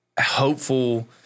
hopeful